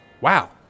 Wow